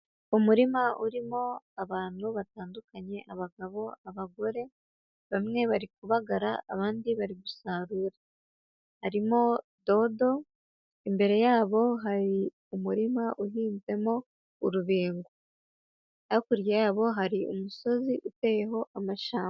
Umurima urimo abantu batandukanye abagabo, abagore, bamwe bari kubagara abandi bari gusarura, harimo dodo, imbere yabo hari umurima uhinzemo urubingo, hakurya yabo hari umusozi uteyeho amashyamba.